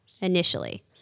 initially